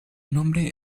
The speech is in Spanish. nombre